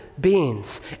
beings